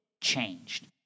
changed